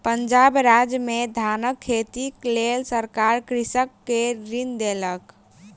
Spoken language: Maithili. पंजाब राज्य में धानक खेतीक लेल सरकार कृषक के ऋण देलक